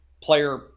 player